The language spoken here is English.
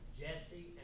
Jesse